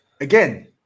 Again